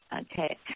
Okay